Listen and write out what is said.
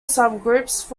subgroups